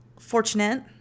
fortunate